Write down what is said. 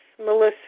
Melissa